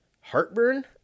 heartburn